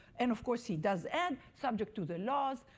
and of course he does add subject to the laws.